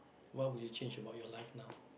what would you change about your life now